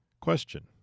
Question